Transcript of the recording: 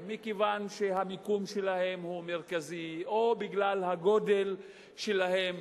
מכיוון שהמיקום שלהן הוא מרכזי או בגלל הגודל שלהן.